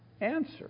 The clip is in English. answer